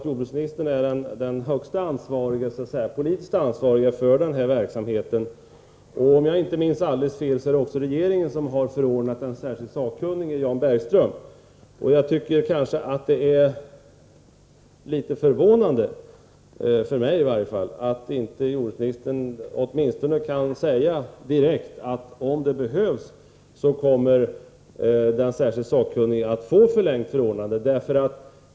Jordbruksministern är väl ändå den högste politiskt ansvarige för verksamheten. Om jag inte minns alldeles fel är det också regeringen som har förordnat den särskilt sakkunnige, Jan Bergström. Det är litet förvånande, i varje fall för mig, att jordbruksministern inte kan säga direkt att om det behövs kommer den särskilt sakkunnige att få förlängt förordnande.